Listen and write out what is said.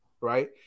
Right